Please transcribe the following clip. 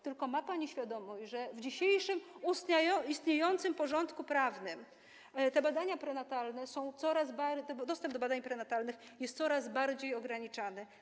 Tylko czy ma pani świadomość, że w dzisiejszym, istniejącym porządku prawnym te badania prenatalne, dostęp do badań prenatalnych jest coraz bardziej ograniczany?